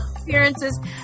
appearances